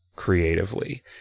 Creatively